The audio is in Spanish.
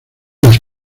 las